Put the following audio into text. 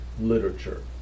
literature